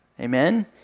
Amen